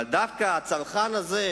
אבל דווקא הצרכן הזה,